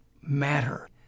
matter